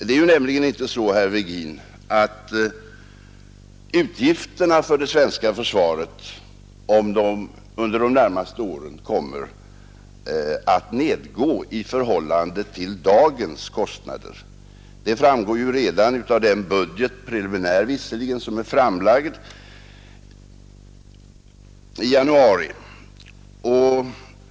Det är nämligen inte så, herr Virgin, att utgifterna för det svenska försvaret under de närmaste åren kommer att nedgå i förhållande till dagens kostnader. Detta framgår redan av den budget — preliminär visserligen — som framlades i januari.